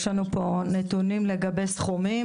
יש לנו פה נתונים לגבי סכומים,